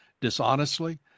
dishonestly